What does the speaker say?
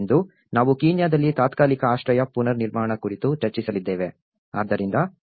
ಇಂದು ನಾವು ಕೀನ್ಯಾದಲ್ಲಿ ತಾತ್ಕಾಲಿಕ ಆಶ್ರಯ ಪುನರ್ನಿರ್ಮಾಣ ಕುರಿತು ಚರ್ಚಿಸಲಿದ್ದೇವೆ